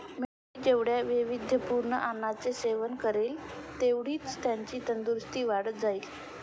मेंढी जेवढ्या वैविध्यपूर्ण अन्नाचे सेवन करेल, तेवढीच त्याची तंदुरस्ती वाढत जाईल